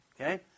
Okay